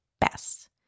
best